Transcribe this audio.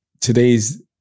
today's